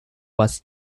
was